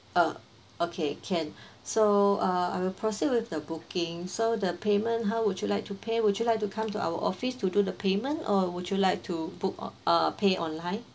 uh okay can so uh I will proceed with the booking so the payment how would you like to pay would you like to come to our office to do the payment or would you like to book or uh pay online